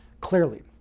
clearly